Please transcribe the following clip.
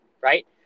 right